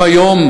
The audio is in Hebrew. גם היום,